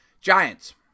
Giants